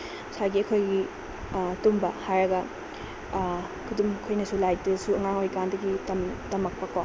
ꯉꯁꯥꯏꯒꯤ ꯑꯩꯈꯣꯏꯒꯤ ꯇꯨꯝꯕ ꯍꯥꯏꯔꯒ ꯈꯨꯇꯨꯝ ꯑꯩꯈꯣꯏꯅꯁꯨ ꯂꯥꯏꯔꯤꯛꯇꯁꯨ ꯑꯉꯥꯡ ꯑꯣꯏꯔꯤꯀꯥꯟꯗꯒꯤ ꯇꯝꯃꯛꯄ ꯀꯣ